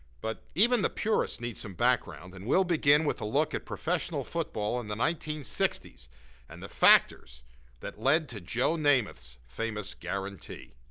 but even the purists need some background, and we'll begin with a look at professional football in the nineteen sixty s and the factors that led to joe namath's famous guarantee.